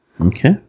Okay